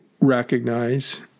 recognize